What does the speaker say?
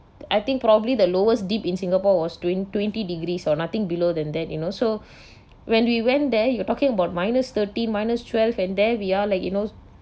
I think probably the lowest deep in singapore was twen~ twenty degrees or nothing below than that you know so when we went there you are talking about minus thirteen minus twelve and there we are like you know